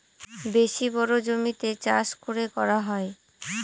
বেশি বড়ো জমিতে চাষ করে করা হয়